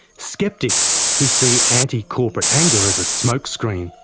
sceptics who see anti-corporate anger as a smokescreen.